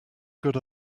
good